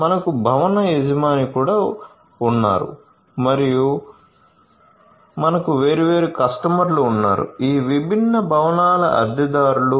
మనకు భవన యజమాని కూడా ఉన్నారు మరియు మనకు వేర్వేరు కస్టమర్లు ఉన్నారు ఈ విభిన్న భవనాల అద్దెదారులు